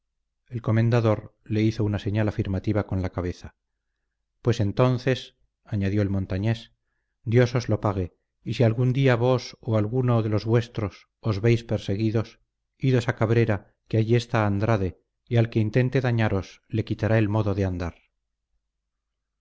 el comendador le hizo una señal afirmativa con la cabeza pues entonces añadió el montañés dios os lo pague y si algún día vos o alguno de los vuestros os veis perseguidos idos a cabrera que allí está andrade y al que intente dañaros le quitará el modo de andar